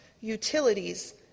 utilities